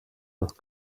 los